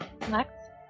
Next